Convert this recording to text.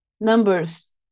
numbers